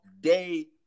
day